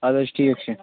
اَدٕ حظ ٹھیٖک چھُ